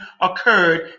occurred